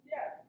Yes